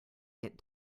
get